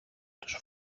τους